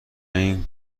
این